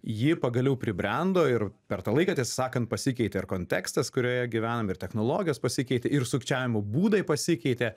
ji pagaliau pribrendo ir per tą laiką tiesą sakant pasikeitė ir kontekstas kurioje gyvenam ir technologijos pasikeitė ir sukčiavimo būdai pasikeitė